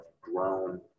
grown